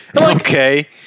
okay